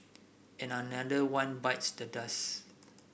and another one bites the dust